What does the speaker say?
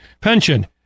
pension